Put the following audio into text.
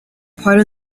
part